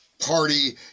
party